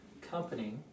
company